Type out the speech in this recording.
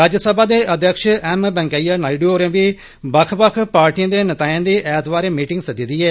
राज्यसभा दे अघ्यक्ष एम वैंकईयां नायडू होरें बी बक्ख बक्ख पार्टिएं दे नेताए दी ऐतवारें मीटिंग सद्दी ऐ